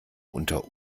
unter